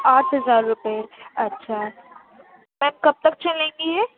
آٹھ ہزار روپے اچھا میم کب تک چلیں گی یہ